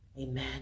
Amen